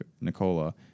Nicola